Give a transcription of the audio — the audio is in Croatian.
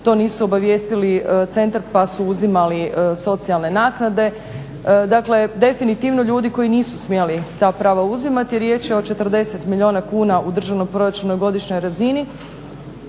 to nisu obavijestili centar pa su uzimali socijalne naknade, dakle definitivno ljudi koji nisu smjeli ta prava uzimati. Riječ je o 40 milijuna kuna u državnom proračunu na godišnjoj razini.